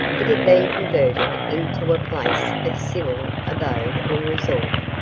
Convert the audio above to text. it had been converted into a place of civil abode or resort,